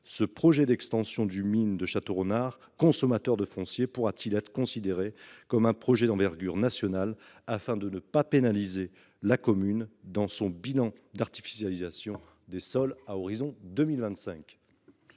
ce projet d’extension du MIN de Châteaurenard, consommateur de foncier, pourra t il être considéré comme un projet d’envergure nationale afin de ne pas pénaliser la commune dans le bilan d’artificialisation des sols qu’elle devra